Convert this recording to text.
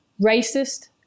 racist